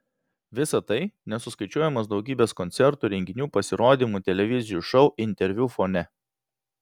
visa tai nesuskaičiuojamos daugybės koncertų renginių pasirodymų televizijų šou interviu fone